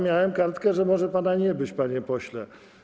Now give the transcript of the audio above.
Miałem kartkę, że może pana nie być, panie pośle.